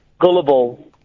gullible